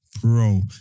Bro